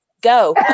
Go